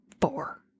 four